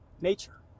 nature